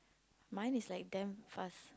mine is like damn fast